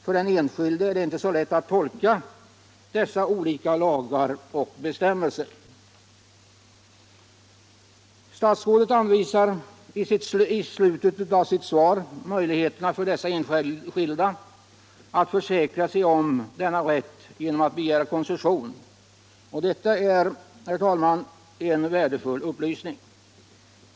För den enskilde är det inte så lätt att rätt tolka dessa olika lagar och bestämmelser. Statsrådet anvisar i slutet av sitt svar möjligheten för dessa enskilda att försäkra sig om denna rätt genom att begära koncession. Detta är, herr talman, en värdefull upplysning.